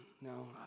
no